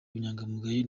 ubunyangamugayo